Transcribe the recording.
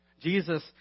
Jesus